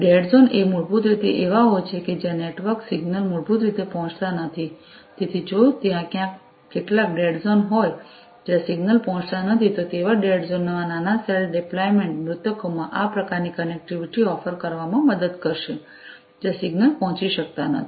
dead zone એ મૂળભૂત રીતે એવા હોય છે જ્યાં નેટવર્ક સિગ્નલ મૂળભૂત રીતે પહોંચતા નથી તેથી જો ત્યાં કેટલાક ડેડ ઝોન હોય જ્યાં સિગ્નલ પહોંચતા નથી તો તેવા ડેડ ઝોન માં નાના સેલ ડિપ્લોયમેન્ટ મૃતકોમાં આ પ્રકારની કનેક્ટિવિટી ઓફર કરવામાં મદદ કરશે જ્યાં સિગ્નલ પહોંચી શકતા નથી